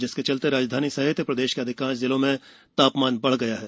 जिसके चलते राजधानी समेत प्रदेश के अधिकांश जिलों में ता मान बढ़ गया है